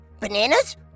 Bananas